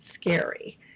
scary